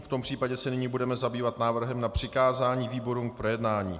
V tom případě se nyní budeme zabývat návrhem na přikázání výborům k projednání.